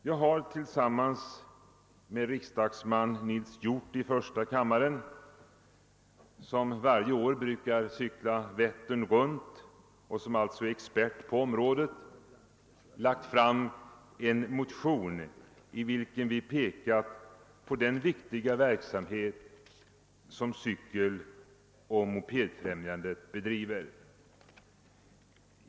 Jag har tillsammans med herr Hjorth i första kammaren — som varje år brukar cykla Vättern runt och som alltså är expert på området — väckt en motion i vilken vi pekat på den viktiga verksamhet. som Cykeloch mopedfrämjandet bedriver.